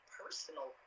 personal